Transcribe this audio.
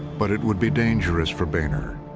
but it would be dangerous for boehner.